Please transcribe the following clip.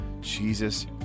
Jesus